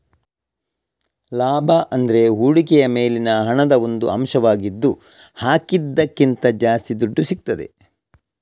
ಲಾಭ ಅಂದ್ರೆ ಹೂಡಿಕೆಯ ಮೇಲಿನ ಹಣದ ಒಂದು ಅಂಶವಾಗಿದ್ದು ಹಾಕಿದ್ದಕ್ಕಿಂತ ಜಾಸ್ತಿ ದುಡ್ಡು ಸಿಗ್ತದೆ